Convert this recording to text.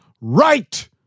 right